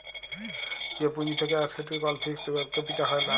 যে পুঁজি থাক্যে আর সেটির কল ফিক্সড ক্যাপিটা হ্যয় লায়